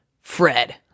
Fred